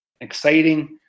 exciting